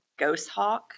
Ghosthawk